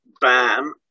BAM